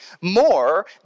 more